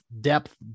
depth